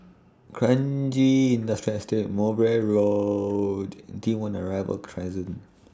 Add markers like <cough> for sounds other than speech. Kranji Industrial Estate Mowbray Road <noise> T one Arrival Crescent